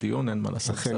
אין מה לעשות.